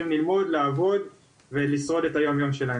אלו שצריכים ללמוד ולעבוד וזאת על מנת שיוכלו לשרוד את היום יום שלהם.